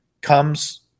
comes